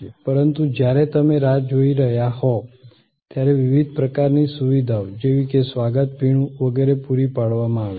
પરંતુ જ્યારે તમે રાહ જોઈ રહ્યા હોવ ત્યારે વિવિધ પ્રકારની સુવિધાઓ જેવી કે સ્વાગત પીણું વગેરે પૂરી પાડવામાં આવે છે